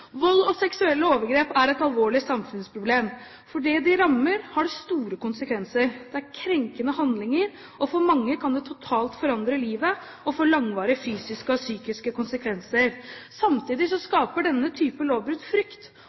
Vold og seksuelle overgrep er et alvorlig samfunnsproblem. For dem det rammer, har det store konsekvenser. Det er krenkende handlinger, og for mange kan det totalt forandre livet og gi langvarige fysiske og psykiske konsekvenser. Samtidig skaper denne type lovbrudd frykt,